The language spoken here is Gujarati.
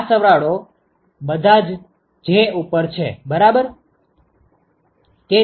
આ સરવાળો બધા J ઉપર છે બરાબર